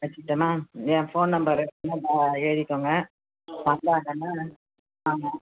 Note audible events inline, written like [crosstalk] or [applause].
வெச்சிட்டனா என் phone number [unintelligible] எழுதிக்கோங்க வந்தவுடனே தான்ங்க